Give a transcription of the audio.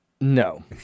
No